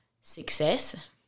success